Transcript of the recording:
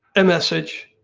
a message,